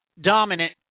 dominant